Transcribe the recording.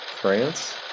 France